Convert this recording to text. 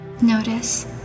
Notice